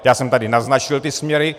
Já jsem tady naznačil ty směry.